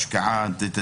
השקעה וכולי,